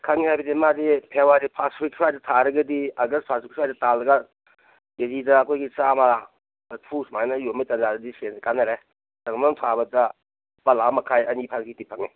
ꯈꯪꯉꯦ ꯍꯥꯏꯕꯗꯤ ꯃꯥꯗꯤ ꯐꯦꯕꯋꯥꯔꯤ ꯐꯥꯁ ꯋꯤꯛ ꯁ꯭ꯋꯥꯏꯗ ꯊꯥꯔꯒꯗꯤ ꯑꯥꯒꯁ ꯐꯥꯁ ꯋꯤꯛ ꯁ꯭ꯋꯥꯏꯗ ꯇꯥꯜꯂꯒ ꯀꯦ ꯖꯤꯗ ꯑꯩꯈꯣꯏꯒꯤ ꯆꯥꯝꯃ ꯃꯔꯐꯨ ꯁꯨꯃꯥꯏꯅ ꯌꯣꯟꯕ ꯇꯟꯖꯥꯗꯗꯤ ꯁꯦꯟꯁꯦ ꯀꯥꯟꯅꯔꯦ ꯐꯩꯗꯣꯝ ꯑꯃ ꯊꯥꯕꯗ ꯂꯨꯄꯥ ꯂꯥꯛ ꯑꯃ ꯃꯈꯥꯏ ꯑꯅꯤ ꯐꯥꯕꯤꯗꯤ ꯐꯪꯉꯦ